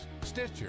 Stitcher